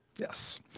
Yes